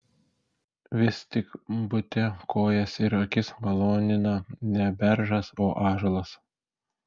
vis tik bute kojas ir akis malonina ne beržas o ąžuolas